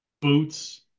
Boots